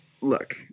look